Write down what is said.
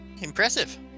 Impressive